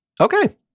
Okay